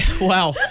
Wow